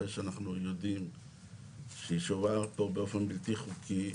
אחרי שאנחנו יודעים שהיא שוהה פה באופן בלתי חוקי,